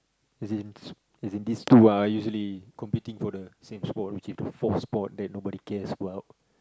as in as in these two are usually competing for the same spot which is to fourth spot which nobody cares about